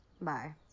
Bye